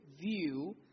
view